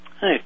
Hey